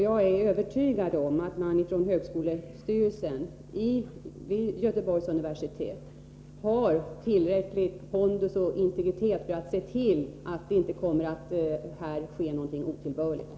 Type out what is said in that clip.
Jag är övertygad om att högskolestyrelsen vid Göteborgs universitet har tillräcklig pondus och integritet för att se till att det inte kommer att ske något otillbörligt.